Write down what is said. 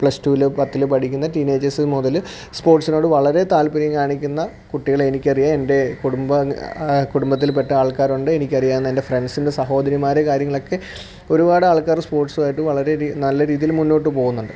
plus ടൂവിൽ പത്തിൽ പഠിക്കുന്ന ടീനേജേർസ് മുതൽ സ്പോർട്സിനോടു വളരെ താത്പര്യം കാണിക്കുന്ന കുട്ടികളെ എനിക്കറിയാം എൻ്റെ കുടുംബാംഗങ്ങൾ കുടുംബത്തിൽ പെട്ട ആൾക്കാരുണ്ട് എനിക്കറിയാവുന്നതിൻ്റെ ഫ്രണ്ട്സിൻ്റെ സഹോദരിമാർ കാര്യങ്ങളൊക്കെ ഒരുപാടാൾക്കാർ സ്പോട്സുമായിട്ട് വളരെ അധികം നല്ല രീതിയിൽ മുന്നോട്ടു പോകുന്നുണ്ട്